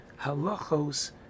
halachos